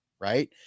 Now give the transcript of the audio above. right